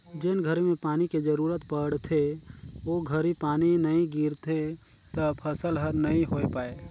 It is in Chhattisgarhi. जेन घरी में पानी के जरूरत पड़थे ओ घरी पानी नई गिरथे त फसल हर नई होय पाए